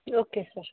okay sir